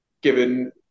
given